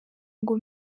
ngo